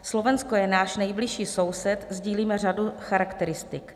Slovensko je náš nejbližší soused, sdílíme řadu charakteristik.